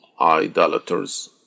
idolaters